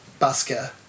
busker